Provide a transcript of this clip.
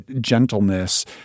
gentleness